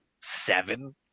seven